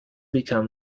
become